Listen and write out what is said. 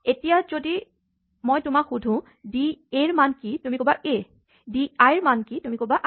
এতিয়া যদি মই তোমাক সুধো ডি এ ৰ মান কি তুমি ক'বা এ ডি আই ৰ মান আই